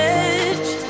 edge